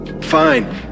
Fine